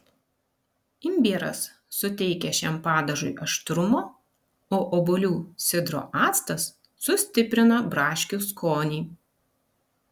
imbieras suteikia šiam padažui aštrumo o obuolių sidro actas sustiprina braškių skonį